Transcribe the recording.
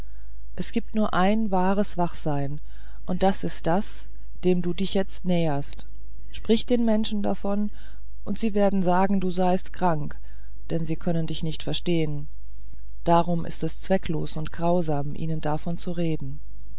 es gibt nur ein wahres wachsein und das ist das dem du dich jetzt näherst sprich den menschen davon und sie werden sagen du seist krank denn sie können dich nicht verstehen darum ist es zwecklos und grausam ihnen davon zu reden